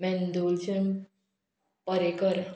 मेंदुलजन Parrikar